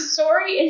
sorry